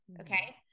Okay